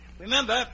Remember